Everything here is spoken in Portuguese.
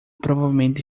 provavelmente